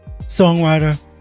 songwriter